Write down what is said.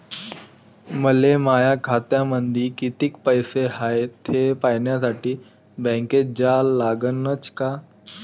मले माया खात्यामंदी कितीक पैसा हाय थे पायन्यासाठी बँकेत जा लागनच का?